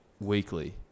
weekly